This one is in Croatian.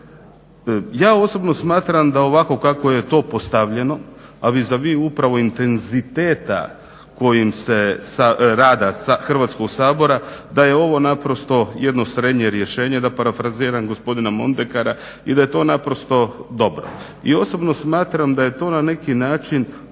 Ja osobno smatram da ovako kako je to postavljeno, a vis a vis upravo intenziteta rada Hrvatskog sabora, da je ovo naprosto jedno srednje rješenje, da parafraziram gospodina Mondekara i da je to naprosto dobro. I osobno smatram da je to na neki način